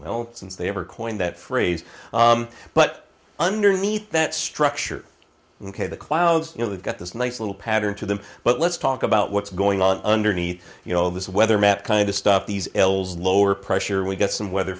since they ever coined that phrase but underneath that structure ok the clouds you know they've got this nice little pattern to them but let's talk about what's going on underneath you know this weather map kind of stuff these l's lower pressure we've got some weather